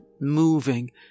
moving